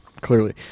clearly